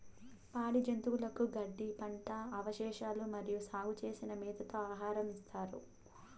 పాడి జంతువులకు గడ్డి, పంట అవశేషాలు మరియు సాగు చేసిన మేతతో ఆహారం ఇస్తారు